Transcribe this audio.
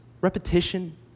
repetition